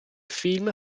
film